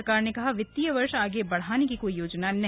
सरकार ने कहा वित्तीय वर्ष आगे बढ़ाने की कोई योजना नहीं